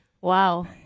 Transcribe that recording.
Wow